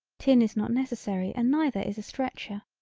tin is not necessary and neither is a stretcher.